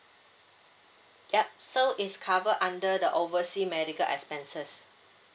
yup so it's cover under the oversea medical expenses